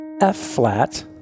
F-flat